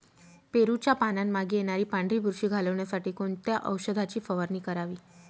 पेरूच्या पानांमागे येणारी पांढरी बुरशी घालवण्यासाठी कोणत्या औषधाची फवारणी करावी?